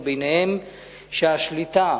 וביניהם שהשליטה